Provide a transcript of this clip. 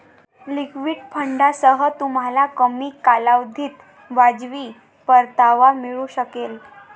liquid फंडांसह, तुम्हाला कमी कालावधीत वाजवी परतावा मिळू शकेल